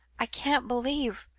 i can't believe